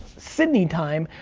sydney time,